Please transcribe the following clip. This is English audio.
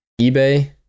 eBay